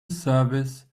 service